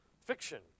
fiction